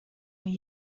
were